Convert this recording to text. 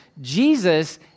Jesus